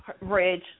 Ridge